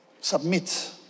submit